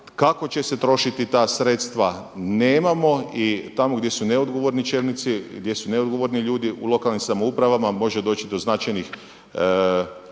kako će se trošiti ta sredstva nemamo i tamo gdje su neodgovorni čelnici, gdje su neodgovorni ljudi u lokalnim samoupravama može doći do značajnih